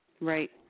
Right